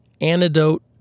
antidote